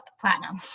platinum